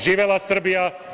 Živela Srbija.